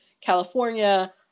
California